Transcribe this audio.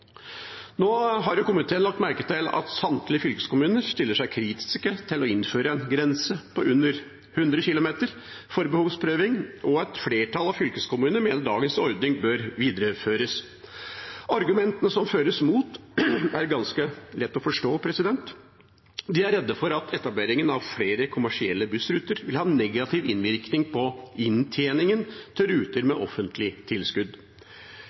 Nå har komiteen lagt merke til at samtlige fylkeskommuner stiller seg kritisk til å innføre en grense på under 100 km for behovsprøving, og et flertall av fylkeskommunene mener dagens ordning bør videreføres. Argumentene som føres mot, er ganske lett å forstå. De er redd for at etableringen av flere kommersielle bussruter vil ha negativ innvirkning på inntjeningen til ruter med offentlig tilskudd.